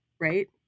right